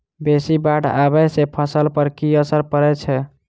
बेसी बाढ़ आबै सँ फसल पर की असर परै छै?